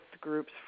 groups